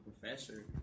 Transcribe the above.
professor